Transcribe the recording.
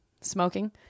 smoking